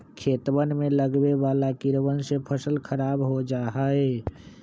खेतवन में लगवे वाला कीड़वन से फसल खराब हो जाहई